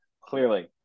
clearly